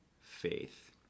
faith